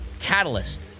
catalyst